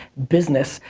business,